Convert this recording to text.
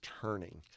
turning